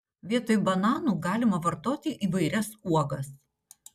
vietoj bananų galima vartoti įvairias uogas